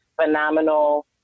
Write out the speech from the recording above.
phenomenal